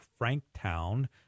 Franktown